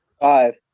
Five